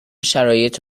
شرایط